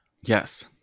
Yes